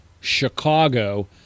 Chicago